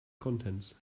contents